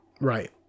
Right